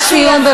השר ארדן.